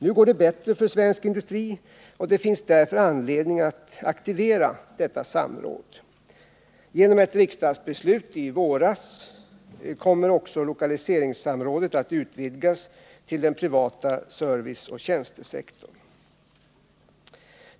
Nu går det bättre för svensk industri, och det finns därför anledning att aktivera detta samråd. Genom ett riksdagsbeslut i våras kommer också lokaliseringssamrådet att utvidgas till den privata serviceoch tjänstesektorn.